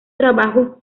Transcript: trabajos